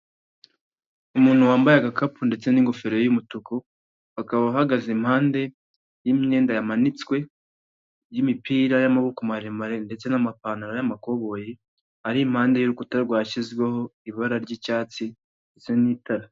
Umuntu wambaye agakapu ndetse n'ingofero y'umutuku, akaba ahagaze impande y'imyenda yamanitswe, y'imipira y'amaboko maremare ndetse n'amapantaro y'amakoboyi, ari impande y'urukuta rwashyizweho ibara ry'icyatsisa ndetse n'itara.